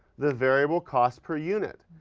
the variable cost per unit.